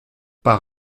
par